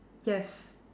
yes